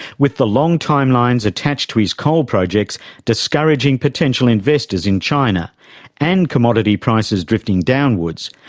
with the long time lines attached to his coal projects discouraging potential investors in china and commodity prices drifting downwards,